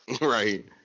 Right